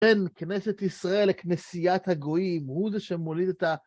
כן, כנסת ישראל לכנסיית הגויים, הוא זה שמוליד את ה...